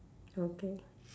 okay